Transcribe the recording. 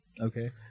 Okay